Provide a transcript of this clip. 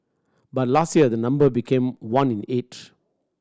but last year the number became one in eight